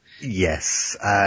Yes